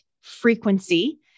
frequency